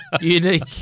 Unique